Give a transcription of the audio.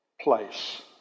place